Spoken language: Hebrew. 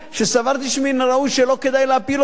שסברתי שמן הראוי שלא כדאי להפיל אותו